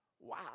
Wow